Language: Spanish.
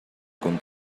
con